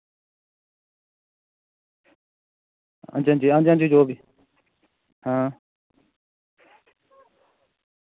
हां जी हां जी हां जी जो वी हां